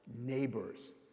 neighbors